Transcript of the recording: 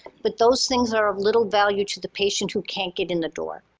but those things are of little value to the patient who can't get in the door.